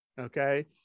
okay